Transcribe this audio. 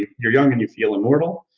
you're young and you feel immortal,